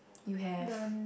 you have